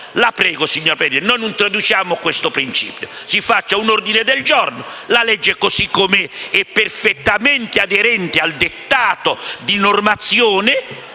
la prego, signor Presidente, non introduciamo questo principio. Si faccia un ordine del giorno: la legge, così com'è, è perfettamente aderente al dettato di normazione,